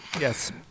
Yes